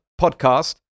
podcast